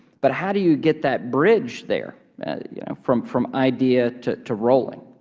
but how do you get that bridge there you know from from idea to to rolling?